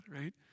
right